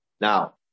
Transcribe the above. Now